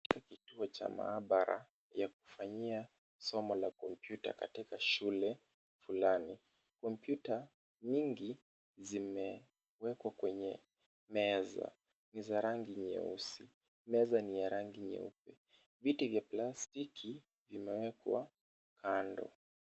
Kituo cha maabara ya kufanyia somo la kompyuta katika shule flani. Kompyuta nyingi zimewekwa kwenye meza ni za rangi nyeusi, meza ni ya rangi nyeupe. Viti vya plastiki vimewekwa kando.